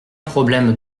problème